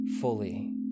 fully